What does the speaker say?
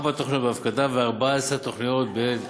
ארבע תוכניות בהפקדה ו-14 תוכניות בהכנה.